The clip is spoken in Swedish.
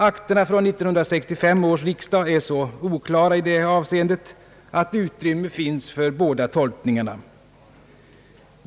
Akterna från 1965 års riksdag är så oklara i detta avseende att utrymme finns för båda tolkningarna.